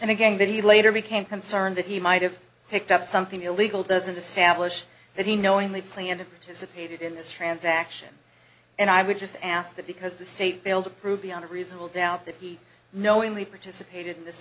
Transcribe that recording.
and again that he later became concerned that he might have picked up something illegal doesn't establish that he knowingly planned episcopate in this transaction and i would just ask that because the state failed to prove beyond a reasonable doubt that he knowingly participated in this